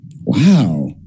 Wow